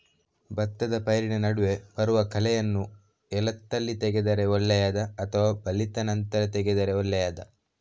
ಭತ್ತದ ಪೈರಿನ ನಡುವೆ ಬರುವ ಕಳೆಯನ್ನು ಎಳತ್ತಲ್ಲಿ ತೆಗೆದರೆ ಒಳ್ಳೆಯದಾ ಅಥವಾ ಬಲಿತ ನಂತರ ತೆಗೆದರೆ ಒಳ್ಳೆಯದಾ?